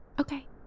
Okay